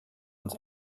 uns